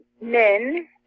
men